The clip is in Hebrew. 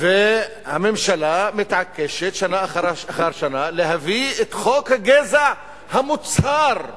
והממשלה מתעקשת שנה אחר שנה להביא את חוק הגזע המוצהר.